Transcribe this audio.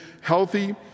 healthy